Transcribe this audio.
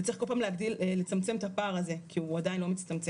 וצריך כל פעם לצמצם את הפער הזה כי הוא עדיין לא מצטמצם.